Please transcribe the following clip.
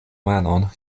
manon